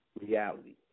reality